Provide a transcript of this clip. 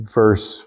verse